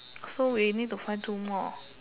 so we need to find two more